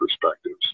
perspectives